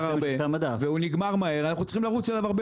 הרבה והוא נגמר מהר אנחנו צריכים לרוץ אליו הרבה